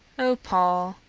oh, paul,